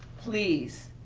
please,